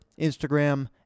Instagram